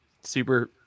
super